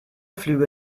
flüge